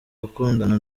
gukundana